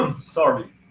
Sorry